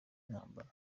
intambara